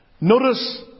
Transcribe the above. Notice